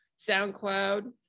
SoundCloud